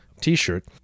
T-shirt